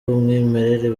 umwimerere